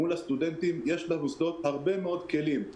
מול הסטודנטים יש למוסדות הרבה מאוד כלים,